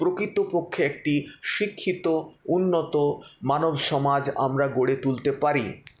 প্রকৃতপক্ষে একটি শিক্ষিত উন্নত মানবসমাজ আমরা গড়ে তুলতে পারি